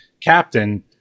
Captain